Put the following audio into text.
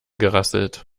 gerasselt